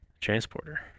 Transporter